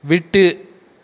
விட்டு